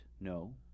No